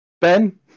Ben